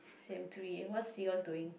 same three what's seagulls doing